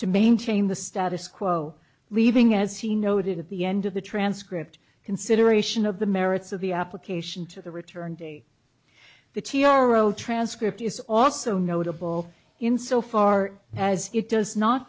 to maintain the status quo leaving as he noted at the end of the transcript consideration of the merits of the application to the return the t r o transcript is also notable in so far as it does not